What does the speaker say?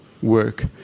work